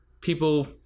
people